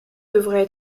devraient